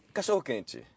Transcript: Cachorro-quente